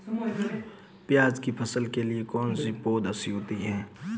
प्याज़ की फसल के लिए कौनसी पौद अच्छी होती है?